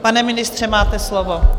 Pane ministře, máte slovo.